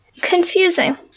confusing